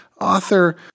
author